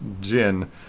gin